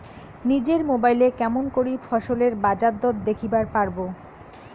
নিজের মোবাইলে কেমন করে ফসলের বাজারদর দেখিবার পারবো?